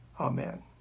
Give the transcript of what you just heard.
amen